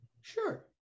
Sure